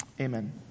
amen